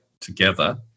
together